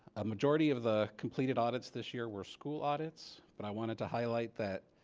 a majority of the completed audits this year were school audits. but i wanted to highlight that.